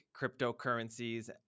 cryptocurrencies